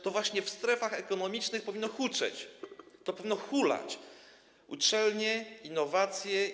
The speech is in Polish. To właśnie w strefach ekonomicznych powinno to huczeć, powinno to hulać - uczelnie, innowacje.